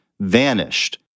vanished